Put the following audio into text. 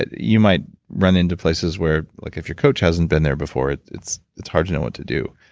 you might run into places where, like if your coach hasn't been there before, it's it's hard to know what to do.